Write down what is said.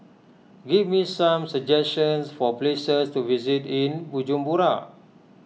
give me some suggestions for places to visit in Bujumbura